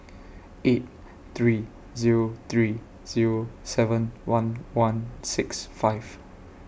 eight three Zero three Zero seven one one six five